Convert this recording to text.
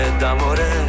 d'amore